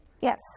Yes